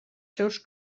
seus